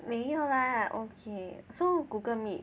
没有 lah okay so Google Meet